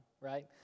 right